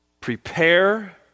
prepare